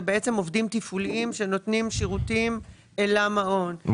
עובדים תפעוליים שנותנים שירותים למעון,